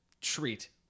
treat